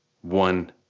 One